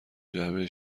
جعبه